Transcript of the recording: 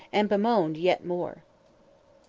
and bemoaned yet more.